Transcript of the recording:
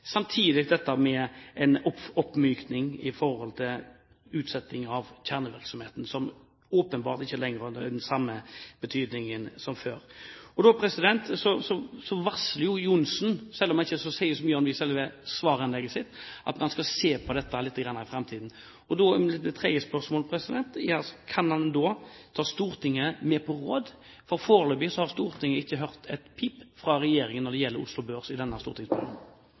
samtidig dette med en oppmykning når det gjelder utsetting av kjernevirksomheten, som åpenbart ikke lenger har den samme betydningen som før, varsler Johnsen, selv om han ikke sier så mye om det i selve svarinnlegget sitt, at han skal se litt på dette i framtiden. Mitt tredje spørsmål er: Kan han da ta Stortinget med på råd? Foreløpig har Stortinget ikke hørt et pip fra regjeringen når det gjelder Oslo Børs, i denne stortingsperioden.